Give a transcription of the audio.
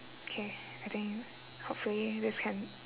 K I think hopefully this can